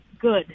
good